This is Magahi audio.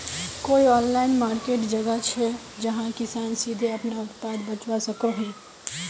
कोई ऑनलाइन मार्किट जगह छे जहाँ किसान सीधे अपना उत्पाद बचवा सको हो?